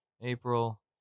April